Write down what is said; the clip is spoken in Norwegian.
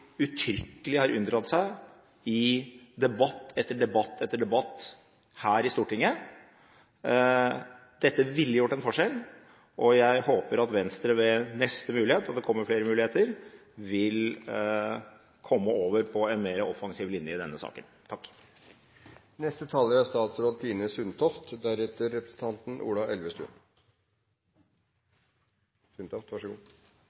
uttrykkelig har unndratt seg i debatt etter debatt etter debatt her i Stortinget. Dette ville gjort en forskjell, og jeg håper at Venstre ved neste mulighet – og det kommer flere muligheter – vil komme over på en mer offensiv linje i denne saken. Jeg er